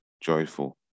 joyful